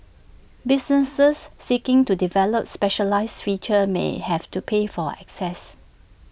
businesses seeking to develop specialised features may have to pay for access